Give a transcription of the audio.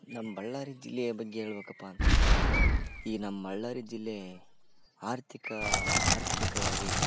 ನಮ್ಮ ಬಳ್ಳಾರಿ ಜಿಲ್ಲೆಯ ಬಗ್ಗೆ ಹೇಳ್ಬೇಕಪ್ಪ ಅಂತದ್ರೆ ಈ ನಮ್ಮ ಬಳ್ಳಾರಿ ಜಿಲ್ಲೇ ಆರ್ಥಿಕ ಆರ್ಥಿಕವಾಗಿ